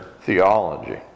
theology